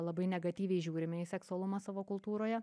labai negatyviai žiūrime į seksualumą savo kultūroje